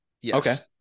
yes